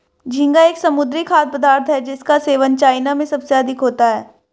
झींगा एक समुद्री खाद्य पदार्थ है जिसका सेवन चाइना में सबसे अधिक होता है